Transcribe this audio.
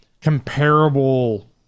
comparable